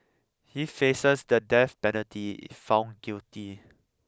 he faces the death penalty if found guilty